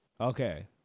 Okay